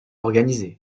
organisées